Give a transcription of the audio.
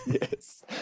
Yes